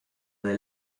del